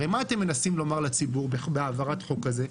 הרי מה אתם מנסים לומר לציבור בהעברת החוק הזה?